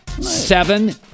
Seven